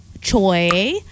Choi